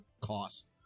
cost